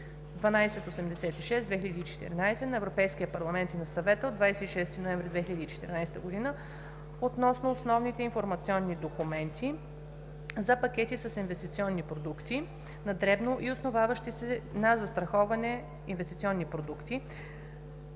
1286/2014 на Европейския парламент и на Съвета от 26 ноември 2014 г. относно основните информационни документи за пакети с инвестиционни продукти на дребно и основаващи се на застраховане инвестиционни продукти